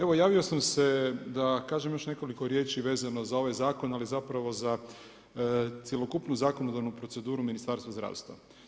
Evo javio sam se da kažem još nekoliko riječi vezano za ovaj zakon, ali zapravo za cjelokupnu zakonodavnu proceduru Ministarstva zdravstva.